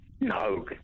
No